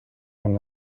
from